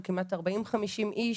של כמעט 40-50 איש,